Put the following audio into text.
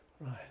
Right